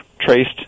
Traced